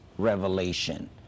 revelation